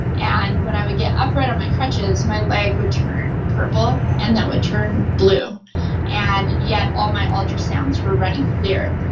and when i would get up right on my crutches, my leg would turn purple and then it would turn blue and yet all my ultrasounds were running clear.